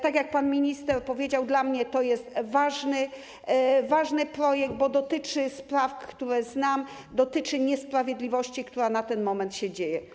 Tak jak pan minister powiedział, dla mnie to jest ważny projekt, bo dotyczy spraw, które znam, dotyczy niesprawiedliwości, która na ten moment się dzieje.